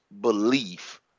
belief